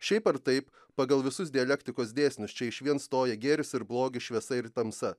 šiaip ar taip pagal visus dialektikos dėsnius čia išvien stoja gėris ir blogis šviesa ir tamsa